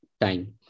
time